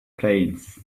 planes